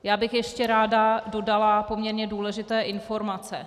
Já bych ještě ráda dodala poměrně důležité informace.